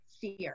fear